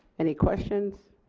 any questions,